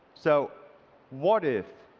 so what if